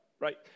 Right